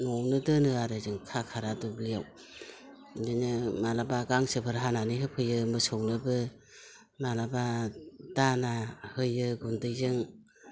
न'आवनो दोनो आरो जों खाखाना दुब्लियाव बिदिनो माब्लाबा गांसोफोर हानानै होफैयो मोसौनोबो माब्लाबा दाना होयो गुन्दैजों